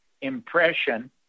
impression